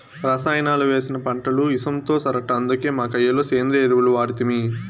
రసాయనాలు వేసిన పంటలు ఇసంతో సరట అందుకే మా కయ్య లో సేంద్రియ ఎరువులు వాడితిమి